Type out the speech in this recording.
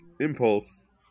impulse